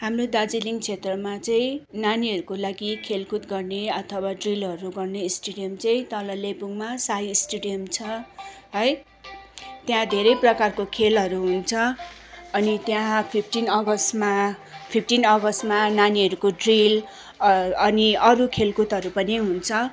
हाम्रो दार्जिलिङ क्षेत्रमा चाहिँ नानीहरूको लागि खेलकुद गर्ने अथवा ड्रिलहरू गर्ने स्टेडियम चाहिँ तल लेबोङमा साई स्टेडियम छ है त्यहाँ धेरै प्रकारको खेलहरू हुन्छ अनि त्यहाँ फिप्टिन अगस्तमा फिप्टिन अगस्तमा नानीहरूको ड्रिल अनि अरू खेलकुदहरू पनि हुन्छ